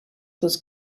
was